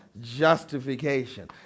justification